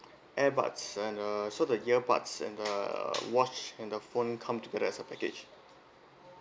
airbuds and uh so the earbuds and uh watch and the phone come together as a package